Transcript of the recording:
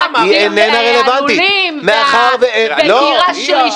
אתה רוצה עכשיו להביא לנו את פסק דין --- ודירה שלישית?